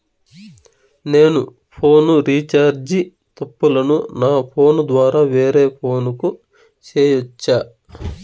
నేను phone recharge తప్పులను నా ఫోను ద్వారా వేరే ఫోను కు సేయొచ్చా?